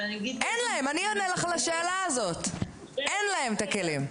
אבל אני אגיד --- אני אענה לך על השאלה הזאת: אין להם את הכלים.